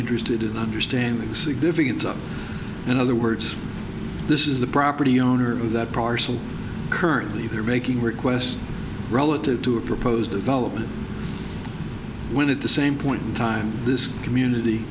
interested in understanding the significance of in other words this is the property owner of that process and currently they are making requests relative to a proposed development when at the same point in time this community